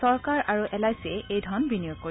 চৰকাৰ আৰু L I চিয়ে এই ধন বিনিয়োগ কৰিব